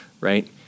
right